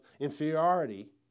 inferiority